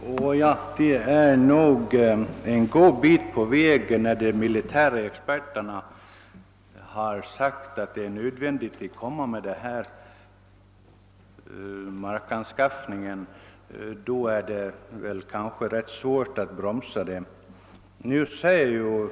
Herr talman! Ärendet är nog en god bit på väg, när de militära experterna har sagt att det är nödvändigt att anskaffa den mark jag talade om. Det blir kanske rätt svårt att bromsa dem.